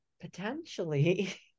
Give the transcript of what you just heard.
potentially